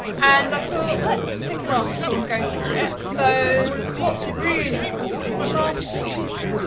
and i thought, let's pick an article and go through it. so, what's really cool is last week